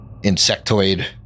insectoid